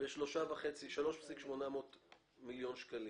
ב-3.8 מיליון שקלים.